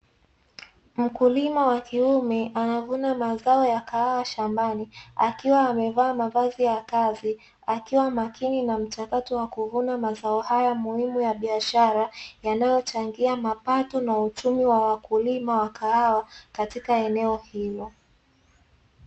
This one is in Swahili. Mkulima wa kiume anavuna mazao ya kahawa shambani, akiwa amevaa mavazi ya kazi, akiwa makini na mchakato wa kuvuna mazao haya ya biashara, yanayochangia mapato na uchumi wa wakulima wa kahawa katika eneo hilo.